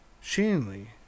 Shanley